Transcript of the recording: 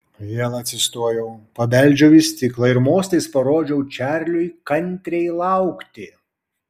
vėl atsistojau pabeldžiau į stiklą ir mostais parodžiau čarliui kantriai laukti